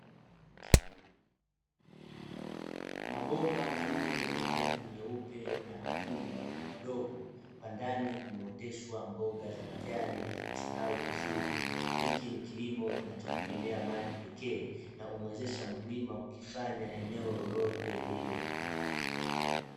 Mabomba manne yenye rangi nyeupe na matundu madogo madogo kwa ndani kumuoteshwa mboga za majani na zimestawi vizuri, hiki ni kilimo kinachotegemea maji pekee na humwezesha mkulima kukifanya eneo lolote lile .